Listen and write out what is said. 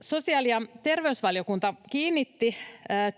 Sosiaali- ja terveysvaliokunta kiinnitti